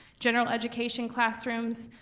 general education classrooms,